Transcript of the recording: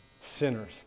sinners